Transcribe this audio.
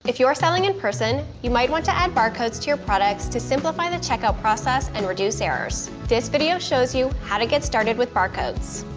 if you're selling in person, you might want to add barcodes to your products to simplify the checkout process and reduce errors. this video shows you how to get started with barcodes.